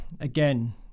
again